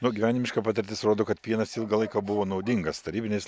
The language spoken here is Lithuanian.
nu gyvenimiška patirtis rodo kad pienas ilgą laiką buvo naudingas tarybiniais